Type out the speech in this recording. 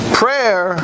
prayer